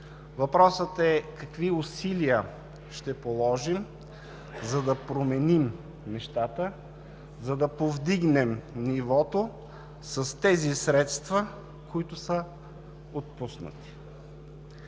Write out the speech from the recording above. Въпросът е: какви усилия ще положим, за да променим нещата, за да повдигнем нивото с тези средства, които са отпуснати?